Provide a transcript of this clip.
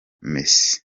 miss